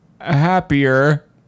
happier